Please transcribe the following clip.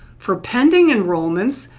for pending enrollments,